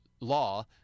law